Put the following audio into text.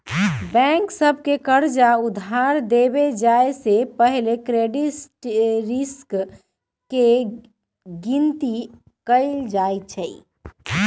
bank सभ के कर्जा उधार देबे जाय से पहिले क्रेडिट रिस्क के गिनति कएल जाइ छइ